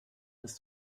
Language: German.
ist